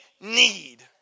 need